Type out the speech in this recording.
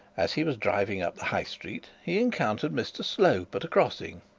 as he was driving up the high street he encountered mr slope at a crossing.